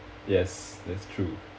yes that's true